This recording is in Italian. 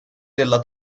della